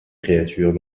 créatures